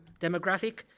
demographic